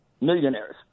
millionaires